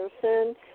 person